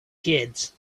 kids